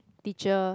teacher